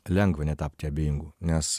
lengva netapti abejingu nes